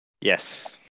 Yes